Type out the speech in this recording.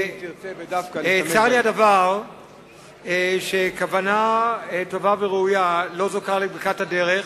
צר לי שכוונה טובה וראויה לא זוכה לברכת הדרך.